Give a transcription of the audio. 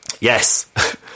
yes